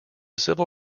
civil